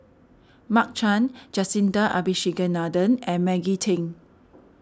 Mark Chan Jacintha Abisheganaden and Maggie Teng